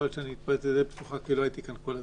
יכול להיות שאני מתפרץ לדלת פתוחה כי לא הייתי כאן כל הזמן.